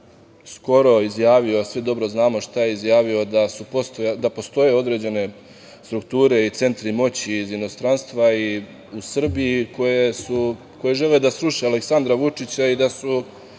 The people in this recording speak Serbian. što je skoro izjavio, a svi dobro znamo šta je izjavio, da postoje određene strukture i centri moći iz inostranstva i u Srbiji koji žele da sruše Aleksandra Vučića i da su